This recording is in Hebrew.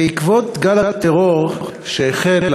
בעקבות גל הטרור שהחל,